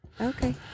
Okay